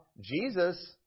Jesus